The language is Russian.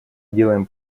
делаем